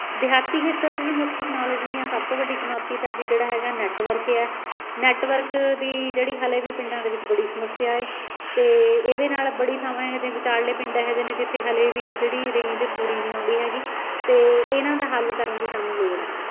ਦਿਹਾਤੀ ਖੇਤਰ ਦੀ ਜੀ ਮੁੱਖ ਟੈਕਨੋਲੋਜੀ ਦੀਆਂ ਸਭ ਤੋਂ ਵੱਡੀ ਚੁਣੌਤੀ ਤਾਂ ਜੀ ਜਿਹੜਾ ਹੈਗਾ ਨੈੱਟਵਰਕ ਏ ਹੈ ਨੈੱਟਵਰਕ ਦੀ ਜਿਹੜੀ ਹਜੇ ਵੀ ਪਿੰਡਾਂ ਦੇ ਵਿੱਚ ਬੜੀ ਸਮੱਸਿਆ ਅਤੇ ਇਹਦੇ ਨਾਲ ਬੜੀ ਥਾਵਾਂ ਇਹੋ ਜਿਹੇ ਵਿਚਾਲਲੇ ਪਿੰਡ ਇਹੋ ਜਿਹੇ ਨੇ ਜਿੱਥੇ ਹਜੇ ਵੀ ਜਿਹੜੀ ਰੇਂਜ ਪੂਰੀ ਨਹੀਂ ਆਉਂਦੀ ਹੈਗੀ ਅਤੇ ਇਹਨਾਂ ਦਾ ਹੱਲ ਕਰਨ ਦੀ ਸਾਨੂੰ ਲੋੜ ਹੈ